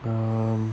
um